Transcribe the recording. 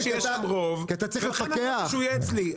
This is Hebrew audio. שיהיה שם רוב ולכן חשוב שהוא יהיה אצלי.